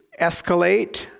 escalate